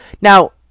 Now